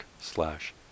slash